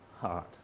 heart